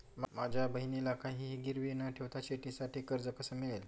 माझ्या बहिणीला काहिही गिरवी न ठेवता शेतीसाठी कर्ज कसे मिळेल?